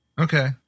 Okay